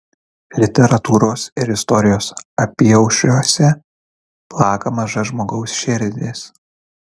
literatūros ir istorijos apyaušriuose plaka maža žmogaus širdis